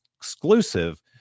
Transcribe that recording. exclusive